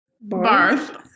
Barth